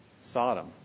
Sodom